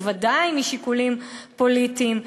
ובוודאי משיקולים פוליטיים,